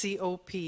COP